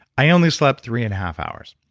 i only slept three and a half hours.